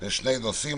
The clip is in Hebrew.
שני נושאים.